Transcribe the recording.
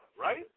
Right